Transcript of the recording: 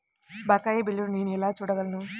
బకాయి బిల్లును నేను ఎలా చూడగలను?